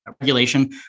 regulation